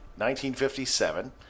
1957